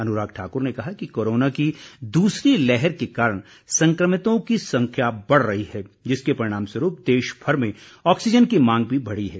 अनुराग ठाकुर ने कहा कि कोरोना की दूसरी लहर के कारण संक्रमितों की संख्या बढ़ रही है जिसके परिणामस्वरूप देशभर में ऑक्सीजन की मांग भी बढ़ी है